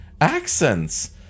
accents